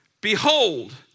Behold